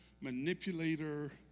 manipulator